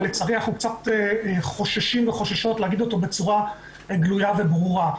אבל לצערי אנחנו קצת חוששים וחוששות להגיד אותו בצורה גלויה וברורה,